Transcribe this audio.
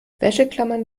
wäscheklammern